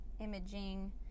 imaging